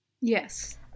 yes